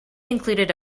included